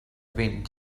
wind